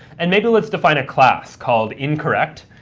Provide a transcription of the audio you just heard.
and maybe let's define a class called incorrect.